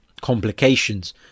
complications